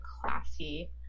classy